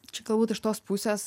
čia galbūt iš tos pusės